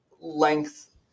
length